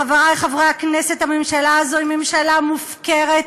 חברי חברי הכנסת, הממשלה הזו היא ממשלה מופקרת,